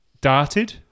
darted